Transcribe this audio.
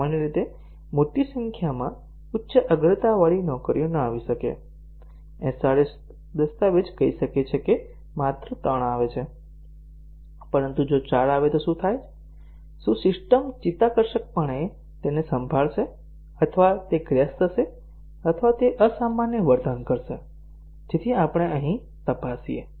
સામાન્ય રીતે મોટી સંખ્યામાં ઉચ્ચ અગ્રતાવાળી નોકરીઓ ન આવી શકે SRSદસ્તાવેજ કહી શકે છે કે માત્ર 3 આવે છે પરંતુ જો 4 આવે તો શું થાય છે શું સિસ્ટમ ચિત્તાકર્ષકપણે તેને સંભાળશે અથવા તે ક્રેશ થશે અથવા તે અસામાન્ય વર્તન કરશે જેથી આપણે અહીં તપાસીએ